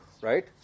right